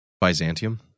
Byzantium